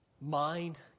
mind